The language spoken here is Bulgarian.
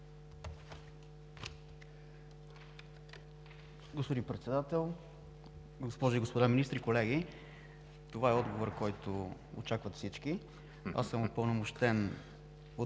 Господин Председател, госпожи и господа министри, колеги! Това е отговорът, който очакват всички. Аз съм упълномощен от